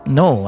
no